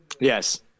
Yes